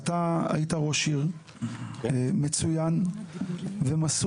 אתה היית ראש עיר מצוין ומסור,